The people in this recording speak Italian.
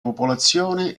popolazione